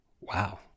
Wow